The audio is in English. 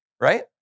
right